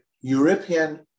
European